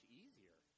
easier